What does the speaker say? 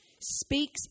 speaks